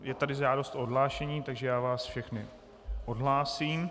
Je tu žádost o odhlášení, takže já vás všechny odhlásím.